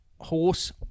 horse